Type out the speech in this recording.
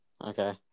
Okay